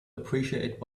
appreciate